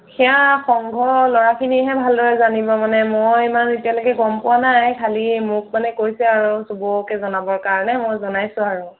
সেয়া সংঘৰ ল'ৰাখিনিহে ভালদৰে জানিব মানে মই ইমান এতিয়ালৈকে গম পোৱা নাই খালি মোক মানে কৈছে আৰু চবকে জনাবৰ কাৰণে মই জনাইছোঁ আৰু